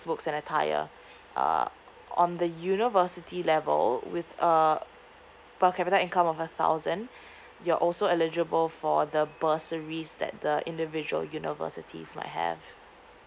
book and attire uh on the university level with uh per capita income of a thousand you're also eligible for the bursaries that the individual universities might have